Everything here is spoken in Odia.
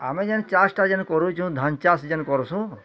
ଆମେ ଯେନ୍ ଚାଷ୍ଟା ଯେନ୍ କରୁଛୁଁ ଧାନ୍ ଚାଷ୍ ଯେନ୍ କରୁସୁଁ